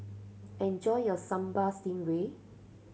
enjoy your Sambal Stingray